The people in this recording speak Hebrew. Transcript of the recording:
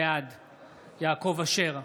בעד יעקב אשר,